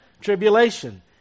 tribulation